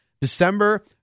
December